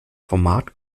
format